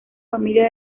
familia